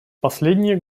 последние